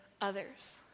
others